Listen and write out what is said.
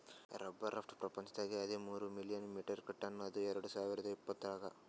rubber ರಫ್ತು ಪ್ರಪಂಚದಾಗೆ ಹದಿಮೂರ್ ಮಿಲಿಯನ್ ಮೆಟ್ರಿಕ್ ಟನ್ ಅದ ಎರಡು ಸಾವಿರ್ದ ಇಪ್ಪತ್ತುಕ್